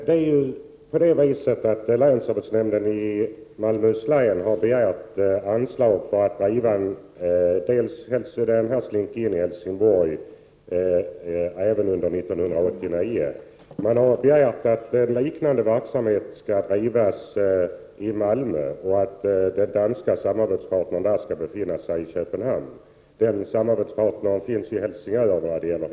Herr talman! Länsarbetsnämnden i Malmöhus län har ju begärt anslag för att bedriva Slink-In-verksamheten i Helsingborg även under 1989. Man har också begärt att liknande verksamhet skall bedrivas i Malmö, varvid den danska samarbetspartnern skall befinna sig i Köpenhamn. När det gäller Helsingborg finns samarbetspartnern i Helsingör.